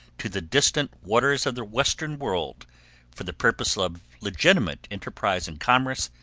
to the distant waters of the western world for the purpose of legitimate enterprise and commerce,